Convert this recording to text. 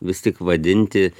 vis tik vadinti